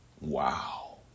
Wow